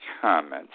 comments